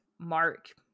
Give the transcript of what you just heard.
mark